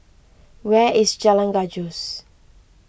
where is Jalan Gajus